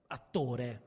attore